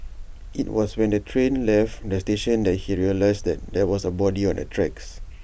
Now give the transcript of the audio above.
IT was when the train left the station that he realised there was A body on the tracks